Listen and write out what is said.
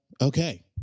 okay